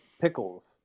pickles